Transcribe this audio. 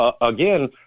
Again